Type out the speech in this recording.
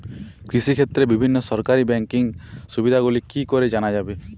কৃষিক্ষেত্রে বিভিন্ন সরকারি ব্যকিং সুবিধাগুলি কি করে জানা যাবে?